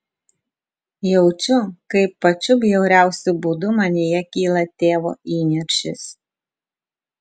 jaučiu kaip pačiu bjauriausiu būdu manyje kyla tėvo įniršis